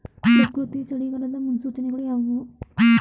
ಪ್ರಕೃತಿಯ ಚಳಿಗಾಲದ ಮುನ್ಸೂಚನೆಗಳು ಯಾವುವು?